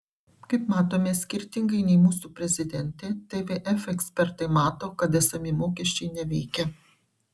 kaip matome skirtingai nei mūsų prezidentė tvf ekspertai mato kad esami mokesčiai neveikia